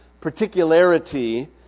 particularity